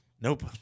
Nope